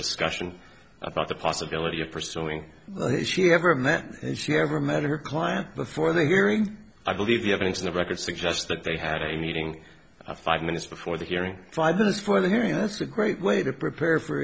discussion about the possibility of pursuing she ever met and she never met her client before the hearing i believe the evidence in the record suggests that they had a meeting five minutes before the hearing five minutes for the hearing that's a great way to prepare for